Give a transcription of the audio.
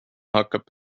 hakkab